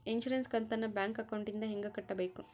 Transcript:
Insurance ಕಂತನ್ನ bank ಅಕೌಂಟಿಂದ ಹೆಂಗ ಕಟ್ಟಬೇಕು?